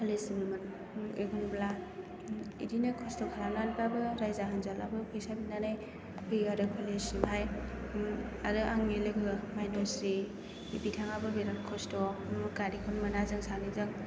कलेजसिम एखमब्ला बिदिनो खस्थ' खालामनानैब्लाबो रायजा होनजानाबो फैसा बिनानै फैयो आरो कलेजसिमहाय आरो आंनि लोगोआ भाग्यस्रि बिथाङाबो बिराद खस्थ' गारिखौनो मोना जों सानैजों